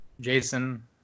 Jason